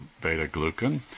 beta-glucan